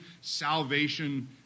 salvation